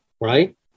right